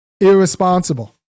irresponsible